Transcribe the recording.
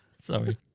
Sorry